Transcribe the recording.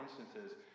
instances